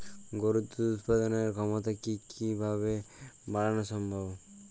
গরুর দুধ উৎপাদনের ক্ষমতা কি কি ভাবে বাড়ানো সম্ভব?